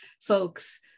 folks